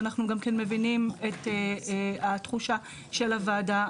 ואנחנו גם כן מבינים את התחושה של הוועדה.